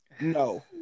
No